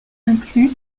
inclus